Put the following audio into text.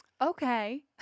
Okay